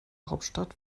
hauptstadt